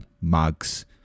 mugs